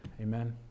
Amen